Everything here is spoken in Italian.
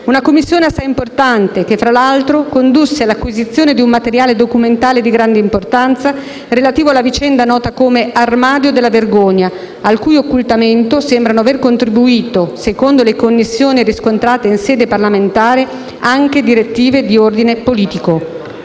Una Commissione assai importante, che, fra l'altro, condusse all'acquisizione di un materiale documentale di grande importanza relativo alla vicenda nota come "armadio della vergogna", al cui occultamento sembrano aver contribuito, secondo le connessioni riscontrate in sede parlamentare, anche direttive di ordine politico.